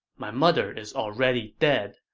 my mother is already dead,